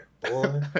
boy